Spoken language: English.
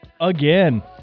Again